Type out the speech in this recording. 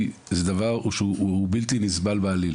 כי זה דבר שהוא בלתי נסבל בעליל.